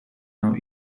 now